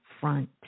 front